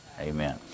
Amen